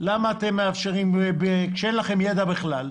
למה אתם מגבילים, כאשר אין לכם ידע בכלל,